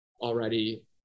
already